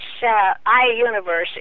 iUniverse